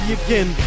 again